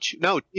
no